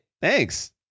thanks